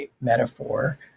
metaphor